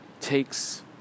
takes